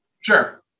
sure